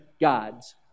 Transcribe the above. gods